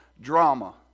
drama